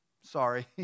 sorry